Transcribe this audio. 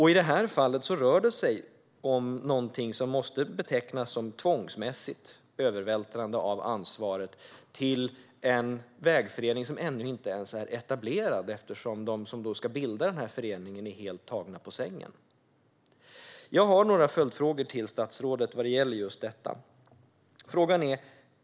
I detta fall rör det sig om någonting som måste betecknas som tvångsmässigt övervältrande av ansvaret till en vägförening som ännu inte ens är etablerad, eftersom de som ska bilda föreningen är helt tagna på sängen. Jag har några följdfrågor till statsrådet vad gäller just detta.